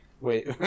Wait